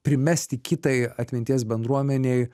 primesti kitai atminties bendruomenei